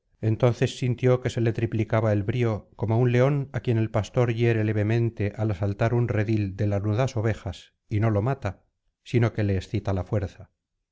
entonces sintió que se le triplicaba el brío como un león á quien el pastor hiere levemente al asaltar un redil de lanudas ovejas y no lo mata sino que le excita la fuerza